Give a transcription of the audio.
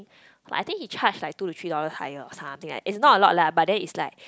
I think he charge like two to three dollar higher or something like is not a lot lah but then it's like